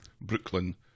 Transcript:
Brooklyn